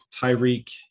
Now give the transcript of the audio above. tyreek